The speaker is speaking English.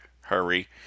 hurry